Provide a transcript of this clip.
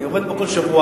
אני עומד פה כל שבוע,